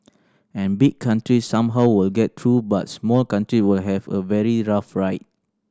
and big countries somehow will get through but small country will have a very rough ride